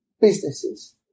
businesses